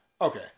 Okay